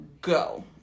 go